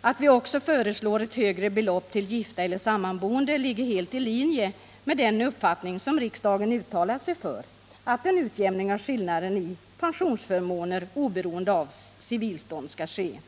Att vi också föreslår ett högre belopp till gifta eller sammanboende ligger helt i linje med den uppfattning som riksdagen uttalat sig för — att en utjämning av skillnaden i pensionsförmåner oberoende av civilstånd skall ske.